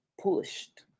pushed